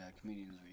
comedians